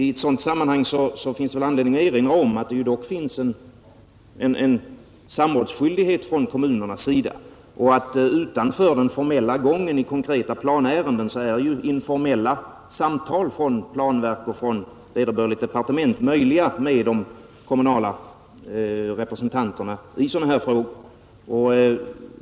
I det sammanhanget finns det anledning erinra om att det dock finns en viss samrådsskyldighet för kommunerna; utanför den formella gången i konkreta planärenden är informella samtal från planverk och vederbörande departement med de kommunala representanterna möjliga i sådana här frågor.